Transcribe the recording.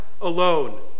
alone